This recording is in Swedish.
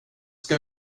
ska